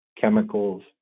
Chemicals